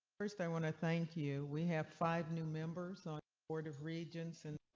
first i want to. thank you. we have five new members on board of regents and.